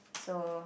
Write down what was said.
so